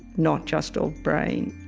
not just of brain